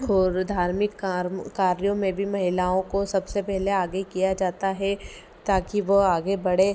और धार्मिक कर्म कार्यों में भी महिलाओं को सबसे पेहले आगे किया जाता है ताकि वो आगे बढ़े